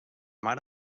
mar